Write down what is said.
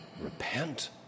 repent